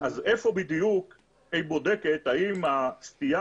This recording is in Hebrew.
אז איפה בדיוק היא בודקת האם הסטייה